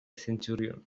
centurion